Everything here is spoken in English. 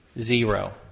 Zero